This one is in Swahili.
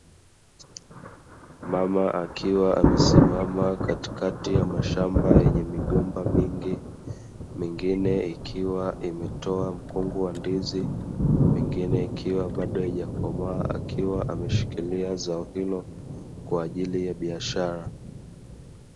Mama akiwa amesimama katikati ya mashamba yenye migomba mingi mingine ikiwa imetoa mkungu wa ndizi, mingine ikiwa bado haijakomaa akiwa ameshikilia zao hilo kwa ajili ya biashara.